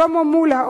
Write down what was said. שלמה מולה,